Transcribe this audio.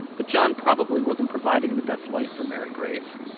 that john probably wasn't providing the best life for mary grace.